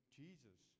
jesus